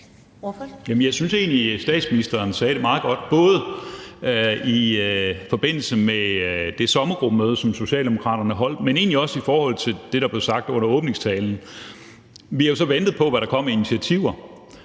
Jeg synes egentlig, statsministeren sagde det meget godt, både i forbindelse med det sommergruppemøde, som Socialdemokraterne holdt, men også i forhold til det, der blev sagt under åbningstalen. Vi har jo så ventet på, hvad der ville komme af initiativer,